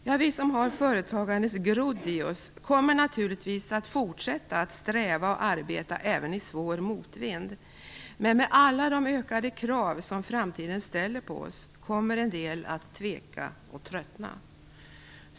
Ja, vi som har företagandets grodd i oss kommer naturligtvis att fortsätta att sträva och arbeta även i svår motvind, men med alla de ökade krav som framtiden ställer på oss kommer en del att tveka och tröttna.